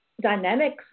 dynamics